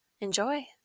enjoy